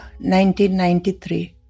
1993